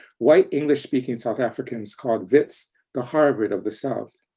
white english-speaking south africans called wits the harvard of the south.